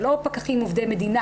זה לא פקחים עובדי מדינה,